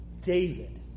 David